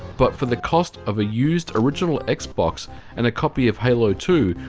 but for the cost of a used original xbox and a copy of halo two,